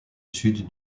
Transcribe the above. sud